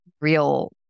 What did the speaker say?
real